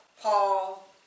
Paul